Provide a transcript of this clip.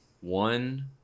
One